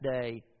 day